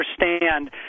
understand